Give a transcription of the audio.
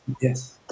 Yes